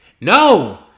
No